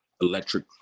electric